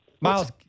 Miles